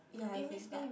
ya if it's dark